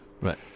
right